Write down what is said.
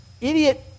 idiot